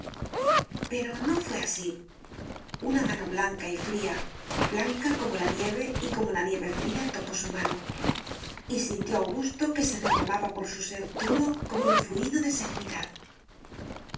pero no fué así una mano blanca y fría blanca como la nieve y como la nieve fría tocó su mano y sintió augusto que se derramaba por su ser todo como un fluido de serenidad